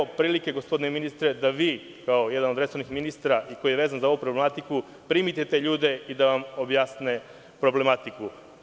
Evo prilike, gospodine ministre, da vi, kao jedan od resornih ministara koji je vezan za ovu problematiku, primite te ljude da vam objasne problematiku.